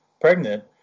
pregnant